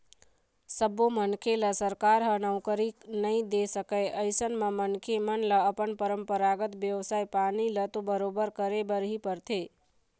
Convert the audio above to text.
सब्बो मनखे ल सरकार ह नउकरी नइ दे सकय अइसन म मनखे मन ल अपन परपंरागत बेवसाय पानी ल तो बरोबर करे बर ही परथे